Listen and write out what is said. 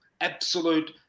absolute